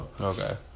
Okay